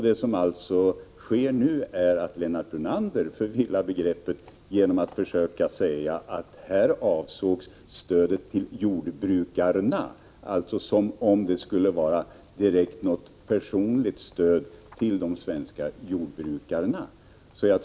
Det som sker nu är att Lennart Brunander förvillar begreppen genom att försöka säga att här avsågs stödet till jordbrukarna, som om det skulle vara något direkt personligt stöd till de svenska jordbrukarna.